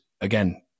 again